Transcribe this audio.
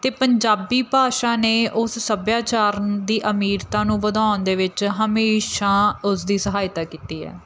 ਅਤੇ ਪੰਜਾਬੀ ਭਾਸ਼ਾ ਨੇ ਉਸ ਸੱਭਿਆਚਾਰ ਦੀ ਅਮੀਰਤਾ ਨੂੰ ਵਧਾਉਣ ਦੇ ਵਿੱਚ ਹਮੇਸ਼ਾ ਉਸਦੀ ਸਹਾਇਤਾ ਕੀਤੀ ਹੈ